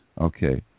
Okay